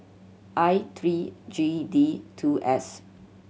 I three G D two S